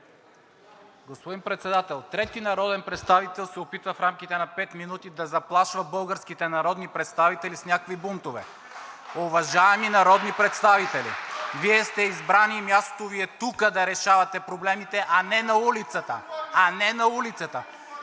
Господин Председател, трети народен представител се опитва в рамките на пет минути да заплашва българските народни представители с някакви бунтове. (Ръкопляскания от ГЕРБ-СДС.) Уважаеми народни представители, Вие сте избрани и мястото Ви е тук да решавате проблемите, а не на улицата! КИРИЛ ПЕТКОВ